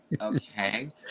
okay